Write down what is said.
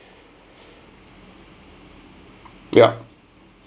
yup